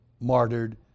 martyred